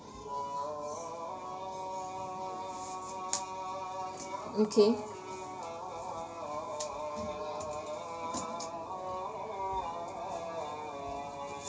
okay